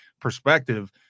perspective